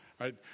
right